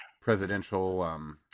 presidential –